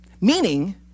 Meaning